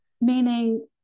meaning